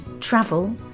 travel